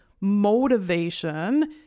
motivation